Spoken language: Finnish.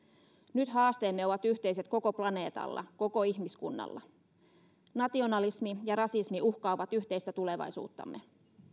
nyt haasteemme ovat yhteiset koko planeetalla koko ihmiskunnalla nationalismi ja rasismi uhkaavat yhteistä tulevaisuuttamme